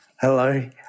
Hello